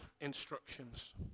instructions